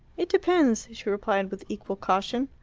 it depends, she replied, with equal caution.